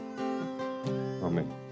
Amen